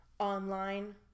Online